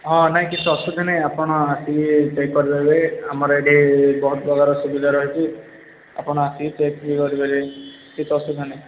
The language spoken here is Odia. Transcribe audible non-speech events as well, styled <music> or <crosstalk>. ହଁ ନାହିଁ କିଛି ଅସୁବିଧା ନାହିଁ ଆପଣ ଆସିକି <unintelligible> ଆମର ଏଇଠି ବହୁତ ପ୍ରକାର ସୁବିଧା ରହିଛି ଆପଣ ଆସି କି ଟେଷ୍ଟ ବି କରିପାରିବେ କିଛି ଅସୁବିଧା ନାହିଁ